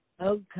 Okay